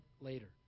later